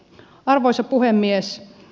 arvoisa puhemies